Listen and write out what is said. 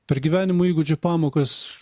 per gyvenimo įgūdžių pamokas